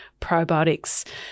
probiotics